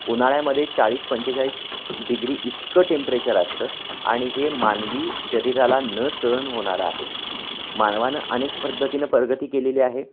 उन्हाळ्यामध्ये चाळीस पंचेचाळीस डिग्री इतकं टेम्परेचर असतं आणि हे मानवी शरीराला न सहन होणारं आहे मानवानं अनेक पद्धतीनं प्रगती केलेली आहे